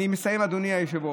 אני מסיים, אדוני היושב-ראש.